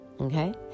okay